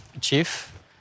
chief